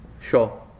sure